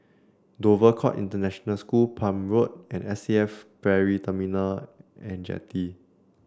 Dover Court International School Palm Road and S A F Ferry Terminal and Jetty